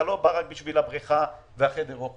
אתה לא בא רק בשביל הבריכה וחדר האוכל